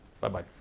Bye-bye